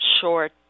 short